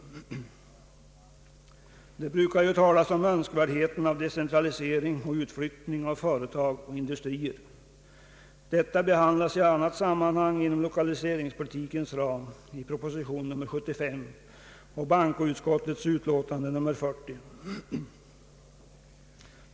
Man brukar ju tala om önskvärdheten av decentralisering och utflyttning av företag och institutioner. Detta behandlas i annat sammanhang inom 1lokaliseringspolitikens ram i proposition nr 75 och bankoutskottets utlåtande nr 40.